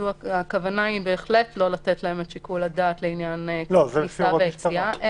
הכוונה היא בהחלט לא לתת להם את שיקול הדעת לעניין כניסה ויציאה,